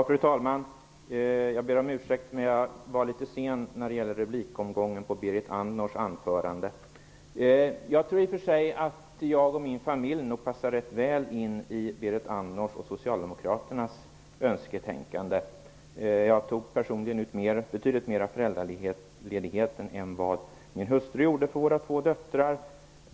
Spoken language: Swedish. Fru talman! Jag ber om ursäkt, men jag var litet sen när det gällde replikomgången efter Berit Andnors anförande. Jag tror i och för sig att jag och min familj passar rätt väl in på Berit Andnors och socialdemokraternas önsketänkande. Jag tog personligen ut betydligt mera föräldraledighet än vad min hustru gjorde för våra två döttrar.